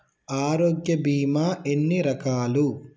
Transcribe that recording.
ఆరోగ్య బీమా ఎన్ని రకాలు?